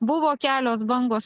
buvo kelios bangos